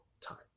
time